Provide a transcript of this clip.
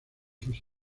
sus